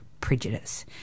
prejudice